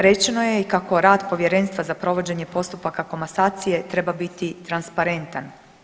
Rečeno je i kako rad Povjerenstva za provođenje postupaka komasacije treba biti transparentan.